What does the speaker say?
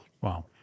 Wow